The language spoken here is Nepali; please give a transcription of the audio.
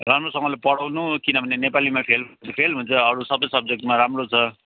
राम्रोसँगले पढाउनु किनभने नेपालीमा फेल फेल हुन्छ अरू सबै सब्जेक्टमा राम्रो छ